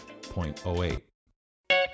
0.08